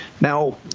Now